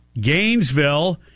Gainesville